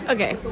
Okay